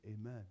Amen